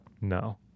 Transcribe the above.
No